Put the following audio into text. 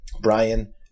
Brian